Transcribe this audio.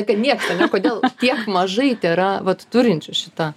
kad nieks ane kodėl tiek mažai tėra vat turinčių šitą